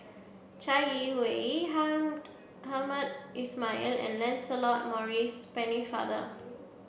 Chai Yee Wei Hamed Hamed Ismail and Lancelot Maurice Pennefather